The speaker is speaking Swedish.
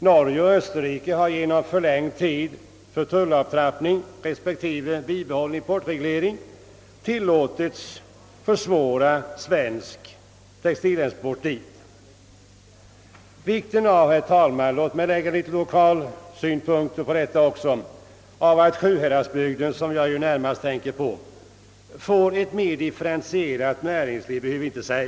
Norge och Österrike har genom förlängd tid för tullavtrappning respektive bibehållen importreglering tillåtits försvåra svensk textilexport till dessa länder. Herr talman! Låt mig ett ögonblick anlägga en lokal synpunkt och säga några ord om vikten av att Sjuhäradsbygden, som jag härvidlag särskilt tänker på, får ett mer differentierat näringsliv. Saken är egentligen självklar.